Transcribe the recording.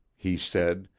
he said,